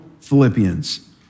Philippians